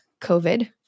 COVID